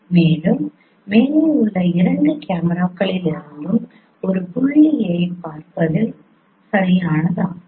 மேலும் மேலே உள்ள ஒன்று இரண்டு கேமராக்களிலிருந்தும் ஒரு புள்ளியைப் பார்ப்பதில் சரியானதாகும்